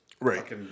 Right